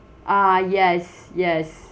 ah yes yes